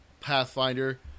Pathfinder